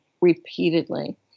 repeatedly